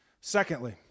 Secondly